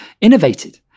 innovated